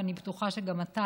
ואני בטוחה שגם אתה,